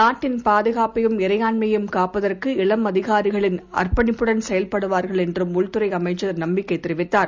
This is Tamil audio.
நாட்டின்பாதுகாப்பையும் இறையாண்மையையும்காப்பதற்குஇளம்அதிகாரிகள்அர்ப்பணிப்புடன்செயல்படு வார்கள்என்றும்உள்துறைஅமைச்சர்நம்பிக்கைதெரிவித்தார்